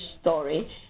story